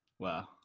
wow